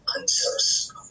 answers